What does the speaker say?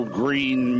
green